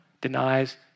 denies